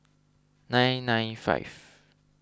nine nine five